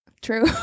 true